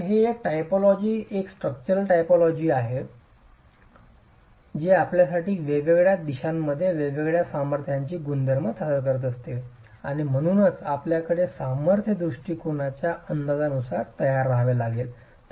तर हे एक टायपॉलॉजी एक स्ट्रक्चरल टायपोलॉजी आहे जे आपल्यासाठी वेगवेगळ्या दिशांमध्ये वेगवेगळ्या सामर्थ्यांची गुंतागुंत सादर करते आणि म्हणूनच आपल्याकडे सामर्थ्य दृष्टीकोनाच्या अंदाजानुसार तयार राहावे लागेल